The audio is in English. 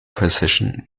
precision